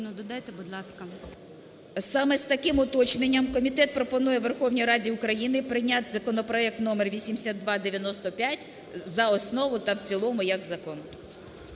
Саме з таким уточненням комітет пропонує Верховній Раді України прийняти законопроект № 8295 за основу та в цілому як закон.